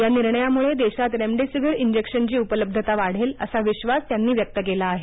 या निर्णयामुळे देशात रेमडेसिवीर इंजेक्शनची उपलब्धता वाढेल असा विश्वास त्यांनी व्यक्त केला आहे